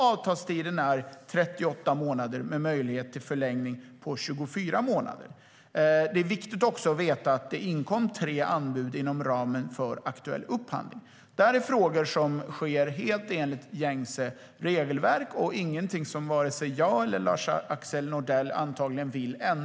Avtalstiden är 38 månader med möjlighet till förlängning på 24 månader. Det är också viktigt att veta att det inkom tre anbud inom ramen för aktuell upphandling. Det här har skett helt i enlighet med gängse regelverk, och det är ingenting som jag vill ändra på, antagligen inte heller Lars-Axel Nordell.